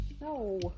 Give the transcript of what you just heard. No